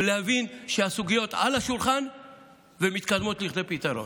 להבין שהסוגיות על השולחן ומתקדמות לכדי פתרון.